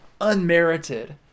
unmerited